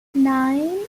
nine